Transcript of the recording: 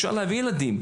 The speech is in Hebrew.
אפשר להביא ילדים.